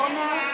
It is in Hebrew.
נגד.